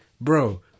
Bro